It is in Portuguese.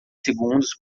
segundos